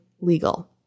legal